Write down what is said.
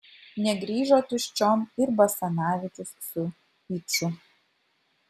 negrįžo tuščiom ir basanavičius su yču